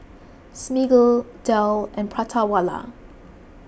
Smiggle Dell and Prata Wala